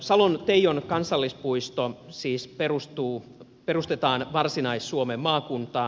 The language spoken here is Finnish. salon teijon kansallispuisto siis perustetaan varsinais suomen maakuntaan